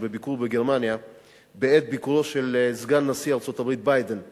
בביקור בגרמניה בעת ביקורו של סגן נשיא ארצות-הברית ביידן בישראל,